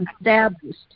established